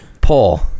Paul